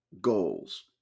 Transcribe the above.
goals